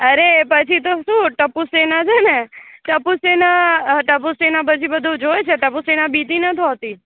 અરે પછી તો શું ટપુસેના છે ને ટપુસેના ટપુસેના પછી બધું જુએ છે ટપુસેના બીતી નથી હોતી